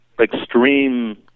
extreme